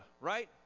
right